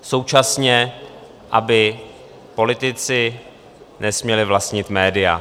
Současně aby politici nesměli vlastnit média.